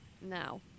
now